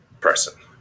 person